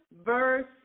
verse